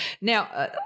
Now –